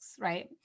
right